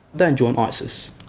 don't join isis.